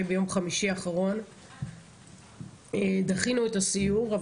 ביום חמישי האחרון אבל דחינו את הסיור.